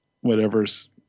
whatever's